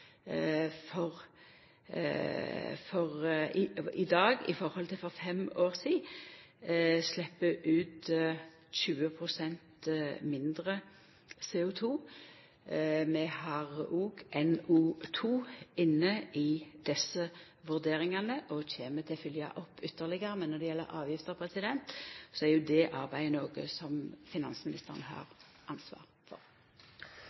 i dag slepp ut 20 pst. mindre CO2 enn for fem år sidan. Vi har òg NO2 inne i desse vurderingane, og vi kjem til å følgja opp ytterlegare. Men når det gjeld avgifter, så er jo det arbeidet noko som finansministeren har ansvaret for.